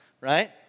right